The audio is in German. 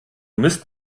mist